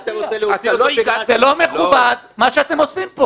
למה אתה רוצה להוציא אותו --- זה לא מכובד מה שאתם עושים פה.